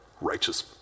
righteous